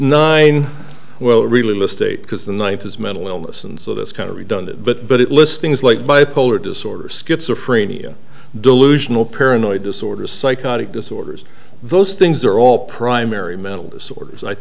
nine well really mistake because the ninth is mental illness and so this kind of redundant but but it lists things like bipolar disorder schizophrenia delusional paranoid disorder psychotic disorders those things are all primary mental disorders i